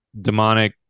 demonic